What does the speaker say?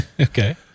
Okay